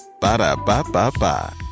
Ba-da-ba-ba-ba